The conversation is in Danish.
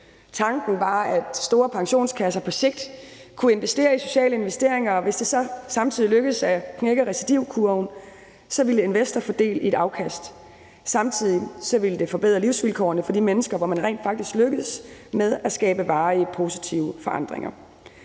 Tanken var, at store pensionskasser på sigt kunne lave sociale investeringer, og hvis det så samtidig lykkedes at knække recidivkurven, ville investoren få del i et afkast. Samtidig ville det forbedre livsvilkårene for de mennesker, hvor man rent faktisk lykkedes med at skabe varige positive forandringer.